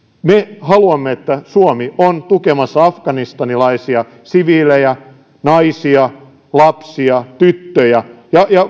me haluamme että suomi on tukemassa afganistanilaisia siviilejä naisia lapsia tyttöjä